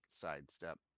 sidestep